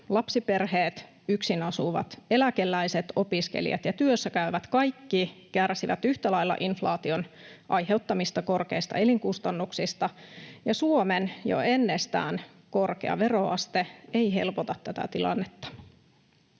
Lapsiperheet, yk-sinasuvat, eläkeläiset, opiskelijat ja työssäkäyvät kärsivät kaikki yhtä lailla inflaation aiheuttamista korkeista elinkustannuksista, ja Suomen jo ennestään korkea veroaste ei helpota tätä tilannetta.